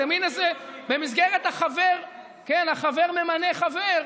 זה מין איזה "חבר ממנה חבר".